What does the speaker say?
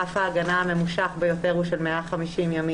רף ההגנה הממושך ביותר הוא של 150 ימים